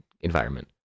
environment